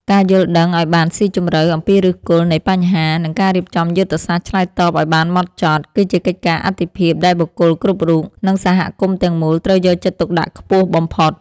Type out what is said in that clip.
ការយល់ដឹងឱ្យបានស៊ីជម្រៅអំពីឫសគល់នៃបញ្ហា និងការរៀបចំយុទ្ធសាស្ត្រឆ្លើយតបឱ្យបានហ្មត់ចត់ គឺជាកិច្ចការអាទិភាពដែលបុគ្គលគ្រប់រូប និងសហគមន៍ទាំងមូលត្រូវយកចិត្តទុកដាក់ខ្ពស់បំផុត។